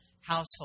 household